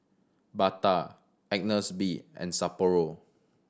Bata Agnes B and Sapporo